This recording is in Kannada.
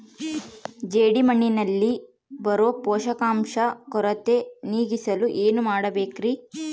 ಜೇಡಿಮಣ್ಣಿನಲ್ಲಿ ಬರೋ ಪೋಷಕಾಂಶ ಕೊರತೆ ನೇಗಿಸಲು ಏನು ಮಾಡಬೇಕರಿ?